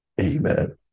Amen